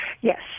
yes